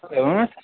एवं